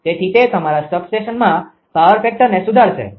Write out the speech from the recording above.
તેથી તે તમારા સબસ્ટેશનમાં પાવર ફેક્ટરને સુધારશે